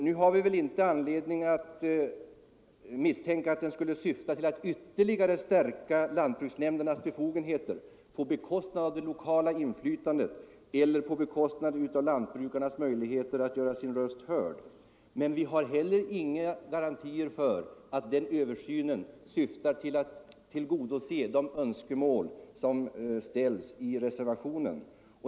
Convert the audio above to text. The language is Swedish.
Nu har vi väl inte anledning att misstänka att den skulle syfta till att ytterligare stärka lantbruksnämndernas befogenheter på bekostnad av det lokala inflytandet eller på bekostnad av lantbrukarnas möjligheter att göra sin röst hörd, men vi har inte heller några garantier för att den översynen syftar till att tillgodose de önskemål som framförs i reservationen.